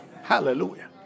Hallelujah